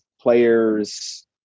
players